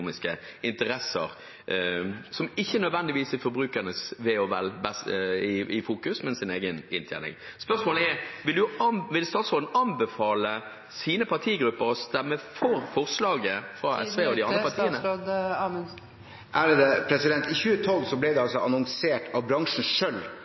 økonomiske interesser som ikke nødvendigvis har forbrukernes ve og vel i fokus, men sin egen inntjening. Spørsmålet er: Vil statsråden anbefale sin partigruppe å stemme for forslaget fra SV og de andre partiene? I 2012 ble det